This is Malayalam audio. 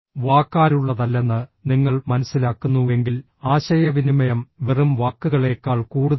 വാക്കാലുള്ളതല്ലെന്ന് നിങ്ങൾ മനസ്സിലാക്കുന്നുവെങ്കിൽ ആശയവിനിമയം വെറും വാക്കുകളേക്കാൾ കൂടുതലാണ്